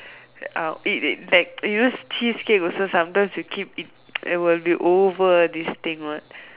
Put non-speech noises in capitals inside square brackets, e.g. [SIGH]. I'll eat it like you know cheesecake also sometimes also you keep eat [NOISE] it will be over this thing what